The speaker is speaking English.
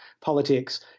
politics